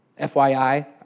FYI